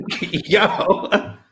yo